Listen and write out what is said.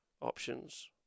options